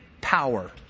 power